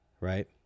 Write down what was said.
right